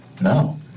No